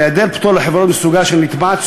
בהיעדר פטור לחברות מסוגה של הנתבעת,